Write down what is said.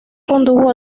condujo